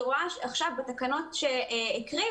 אני רואה עכשיו בתקנות שהקריאו,